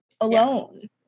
alone